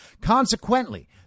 Consequently